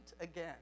again